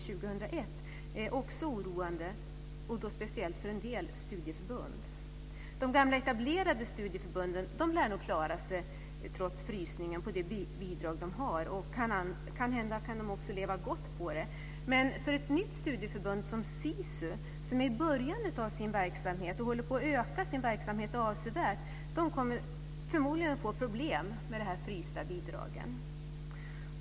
2001 är också oroande, speciellt för en del studieförbund. De gamla etablerade studieförbunden lär nog, trots frysningen, klara sig på de bidrag de har. Kanhända kan de också leva gott på dem. Men ett nytt studieförbund som SISU, som är i början av sin verksamhet och håller på att utöka sin verksamhet avsevärt, kommer förmodligen att få problem med de här frysta bidragen.